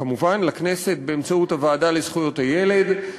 כמובן, לכנסת באמצעות הוועדה לזכויות הילד.